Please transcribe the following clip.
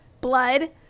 blood